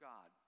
God